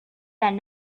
that